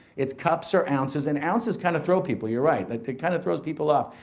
it's cups or ounces and ounces kind of throw people, you're right. but it kind of throws people off,